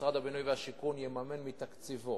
משרד הבינוי והשיכון יממן מתקציבו